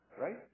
right